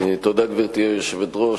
גברתי היושבת-ראש,